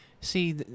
See